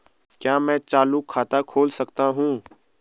क्या मैं चालू खाता खोल सकता हूँ?